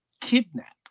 Kidnapped